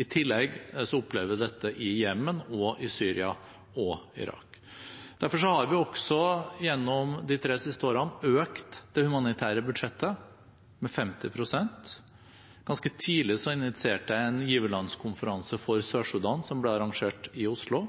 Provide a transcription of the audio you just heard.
I tillegg opplever vi dette i Jemen, i Syria og i Irak. Derfor har vi også gjennom de tre siste årene økt det humanitære budsjettet med 50 pst. Ganske tidlig initierte jeg en giverlandskonferanse for Sør-Sudan, som ble arrangert i Oslo.